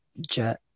Jet